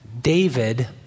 David